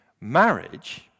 marriage